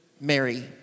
Mary